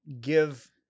give